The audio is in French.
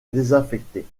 désaffectée